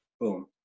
boom